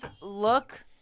look